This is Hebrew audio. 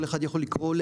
וכל אחד יכול לקרוא,